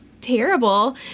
terrible